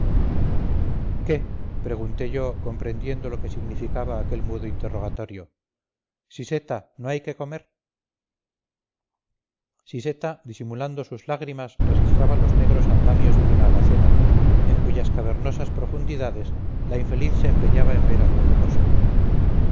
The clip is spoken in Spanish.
qué pregunté yo comprendiendo lo que significaba aquel mudo interrogatorio siseta no hay qué comer siseta disimulando sus lágrimas registraba los negros andamios de una alacena en cuyas cavernosas profundidades la infeliz se empeñaba en ver alguna cosa